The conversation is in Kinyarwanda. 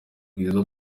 rwiza